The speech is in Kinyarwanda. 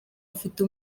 afite